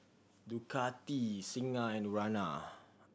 Ducati Singha and Urana